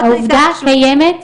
העובדה קיימת,